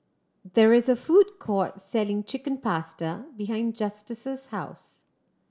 there is a food court selling Chicken Pasta behind Justus' house